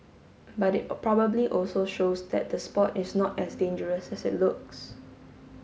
but it probably also shows that the sport is not as dangerous as it looks